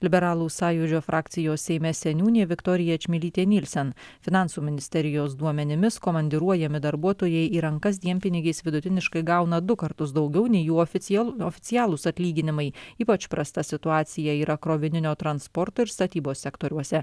liberalų sąjūdžio frakcijos seime seniūnė viktorija čmilytė nielsen finansų ministerijos duomenimis komandiruojami darbuotojai į rankas dienpinigiais vidutiniškai gauna du kartus daugiau nei jų oficial oficialūs atlyginimai ypač prasta situacija yra krovininio transporto ir statybos sektoriuose